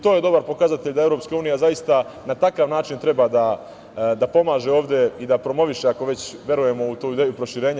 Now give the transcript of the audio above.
To je dobar pokazatelj da EU zaista na takav način treba da pomaže ovde i da promoviše, ako već verujemo u tu ideju proširenja.